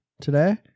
today